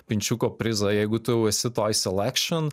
pinčiuko prizą jeigu tu jau esi toj selekšin